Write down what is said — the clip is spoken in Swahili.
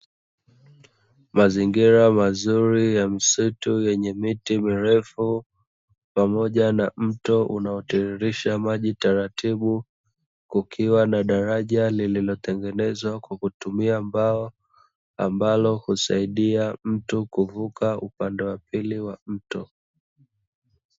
Mazingira mazuri ya msitu wenye miti mirefu pamoja na mto unaotiririsha maji taratibu, kukiwa na daraja lililotengenezwa kwa kutumia mbao ambalo husaidia mtu kuvuka upande wa pili wa mto.